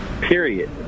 period